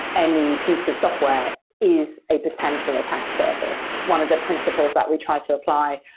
any piece of software is a potential attack surface. one of the principles that we try to apply,